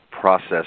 process